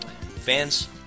fans